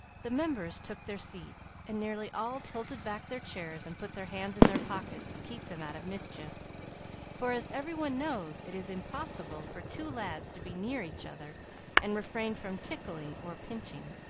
the members took their seats, and nearly all tilted back their chairs and put their hands in their pockets, to keep them out of mischief for, as every one knows, it is impossible for two lads to be near each other and refrain from tickling or pinching.